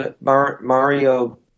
Mario